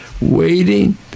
waiting